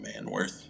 Manworth